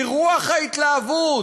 מרוח ההתלהבות,